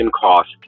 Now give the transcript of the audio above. cost